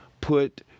put